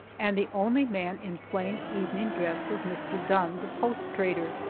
and the only man in plain evening dress was mr. dunn, the post trader,